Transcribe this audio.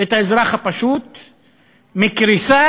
את האזרח הפשוט מקריסה,